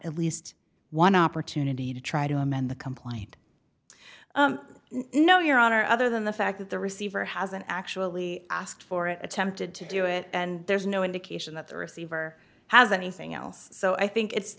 at least one opportunity to try to amend the complaint no your honor other than the fact that the receiver hasn't actually asked for it attempted to do it and there's no indication that the receiver has anything else so i think it's